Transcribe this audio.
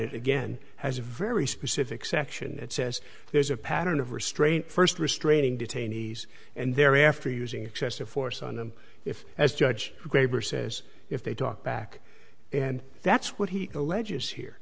it again has a very specific section that says there's a pattern of restraint first restraining detainees and thereafter using excessive force on them if as judge graber says if they talk back and that's what he alleges here